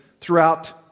throughout